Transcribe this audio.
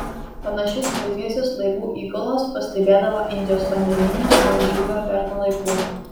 panašius blizgesius laivų įgulos pastebėdavo indijos vandenyne nuo žiulio verno laikų